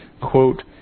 quote